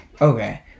Okay